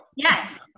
Yes